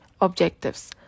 objectives